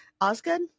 Osgood